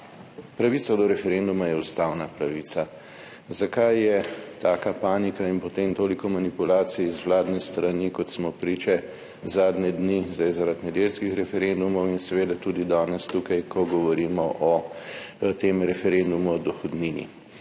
Pravica do referenduma je ustavna pravica. Zakaj je taka panika in potem toliko manipulacij z vladne strani, kot smo priče zadnje dni sedaj, zaradi nedeljskih referendumov in seveda tudi danes tukaj, ko govorimo o tem referendumu o dohodnini?